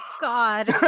god